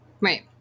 Right